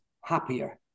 happier